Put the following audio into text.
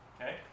Okay